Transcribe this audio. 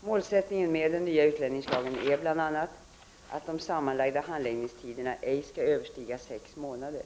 Målsättningen med den nya utlänningslagen är bl.a. att de sammanlagda handläggningstiderna ej skall överstiga sex månader.